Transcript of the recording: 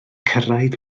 cyrraedd